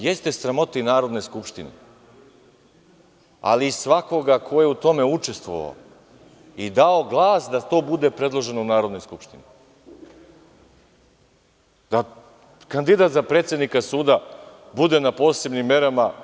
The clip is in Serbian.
Jeste sramota i Narodne skupštine, ali i svakoga ko je u tome učestvovao i dao glas da to bude predloženo u Narodnoj skupštini, da kandidat za predsednika suda bude na posebnim merama.